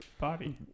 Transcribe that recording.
body